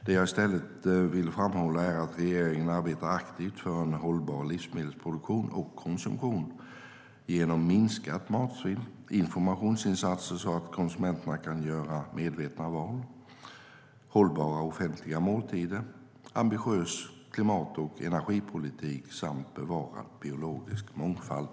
Det jag i stället vill framhålla är att regeringen arbetar aktivt för en hållbar livsmedelsproduktion och konsumtion genom minskat matsvinn, informationsinsatser så att konsumenten kan göra medvetna val, hållbara offentliga måltider, ambitiös klimat och energipolitik samt bevarad biologisk mångfald.